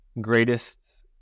greatest